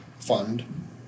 fund